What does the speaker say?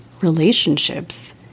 relationships